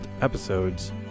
episodes